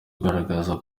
ugaragaza